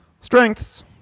Strengths